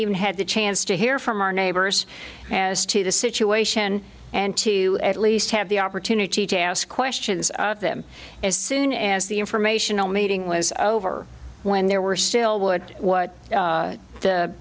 even had the chance to hear from our neighbors as to the situation and to at least have the opportunity to ask questions of them as soon as the informational meeting was over when there were still would what